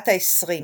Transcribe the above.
בת העשרים,